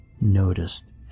noticed